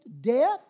death